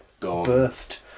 birthed